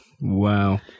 Wow